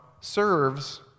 serves